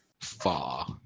Far